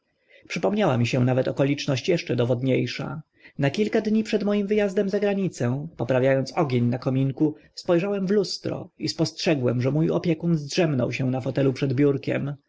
przypomniała mi się nawet okoliczność eszcze dowodnie sza na kilka dni przed moim wy azdem za granicę poprawia ąc ogień na kominku spo rzałem w lustro i spostrzegłem że mó opiekun zdrzemnął się na fotelu za biurkiem